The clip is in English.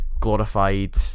glorified